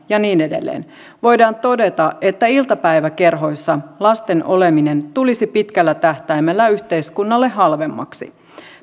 ja niin edelleen voidaan todeta että iltapäiväkerhoissa lasten oleminen tulisi pitkällä tähtäimellä yhteiskunnalle halvemmaksi